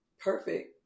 perfect